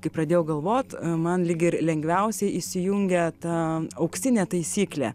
kai pradėjau galvot man lyg ir lengviausiai įsijungė ta auksinė taisyklė